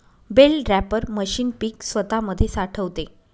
bell wrapper machine पीक स्वतामध्ये साठवते